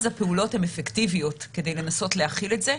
אז הפעולות הן אפקטיביות כדי לנסות להכיל את זה.